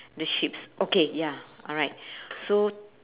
the sheeps okay ya alright so